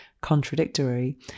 contradictory